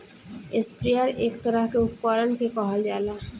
sprayer एक तरह के उपकरण के कहल जाला